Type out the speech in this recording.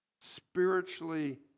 spiritually